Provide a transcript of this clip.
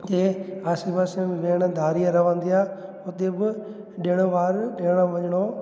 उते आसे पासे में भेण धारी रहंदी आहे हुते ब ॾिण वार ॾियणो वञिणो